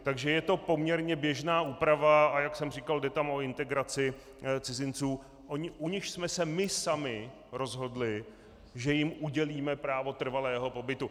Takže je to poměrně běžná úprava, a jak jsem říkal, jde tam o integraci cizinců, u nichž jsme se my sami rozhodli, že jim udělíme právo trvalého pobytu.